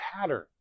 pattern